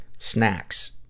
Snacks